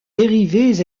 dérivés